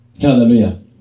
hallelujah